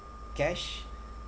cash